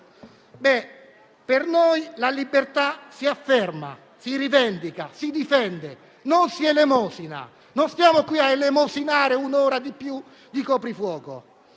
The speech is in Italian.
Per noi la libertà si afferma, si rivendica, si difende e non si elemosina; non stiamo qui a elemosinare un'ora in più di coprifuoco.